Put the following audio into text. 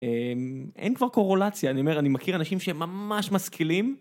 אין כבר קורולציה, אני אומר, אני מכיר אנשים שממש משכילים...